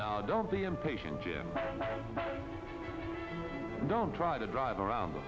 now don't be impatient jim don't try to drive around